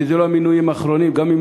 כי זה לא המינויים האחרונים, גם אם